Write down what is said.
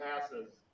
passes